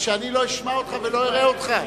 שאני לא אשמע אותך ולא אראה אותך,